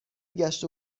گشت